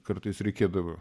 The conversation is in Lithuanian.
kartais reikėdavo